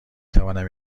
توانم